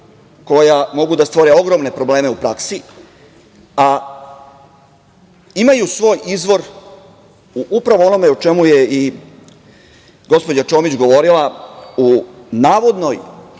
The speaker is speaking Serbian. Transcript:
koja mogu da stvore ogromne probleme u praksi, a imaju svoj izvor u upravo , ono u čemu je gospođa Čomić govorila, navodnom